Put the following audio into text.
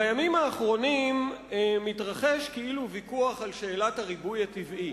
בימים האחרונים מתרחש כאילו ויכוח על שאלת הריבוי הטבעי,